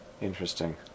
Interesting